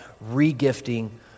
re-gifting